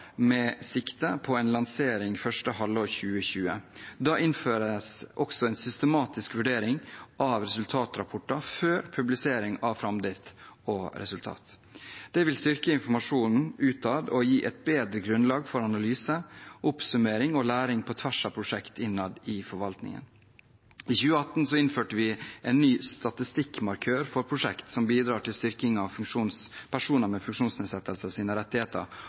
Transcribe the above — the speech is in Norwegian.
med sikte på en lansering første halvår 2020. Da innføres også en systematisk vurdering av resultatrapporter før publisering av framdrift og resultat. Det vil styrke informasjonen utad og gi et bedre grunnlag for analyse, oppsummering og læring på tvers av prosjekt innad i forvaltningen. I 2018 innførte vi en ny statistikkmarkør for prosjekt som bidrar til styrking av rettighetene til personer med funksjonsnedsettelser,